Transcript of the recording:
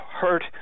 hurt